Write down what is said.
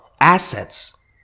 assets